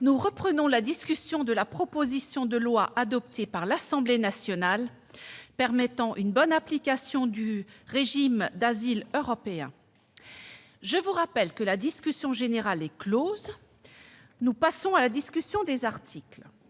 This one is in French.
Nous poursuivons la discussion de la proposition de loi, adoptée par l'Assemblée nationale, permettant une bonne application du régime d'asile européen. Je rappelle que la discussion générale est close. Nous passons à la discussion du texte